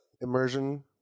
immersion